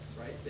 right